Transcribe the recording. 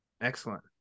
Excellent